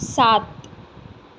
सात